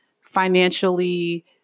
financially